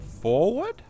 Forward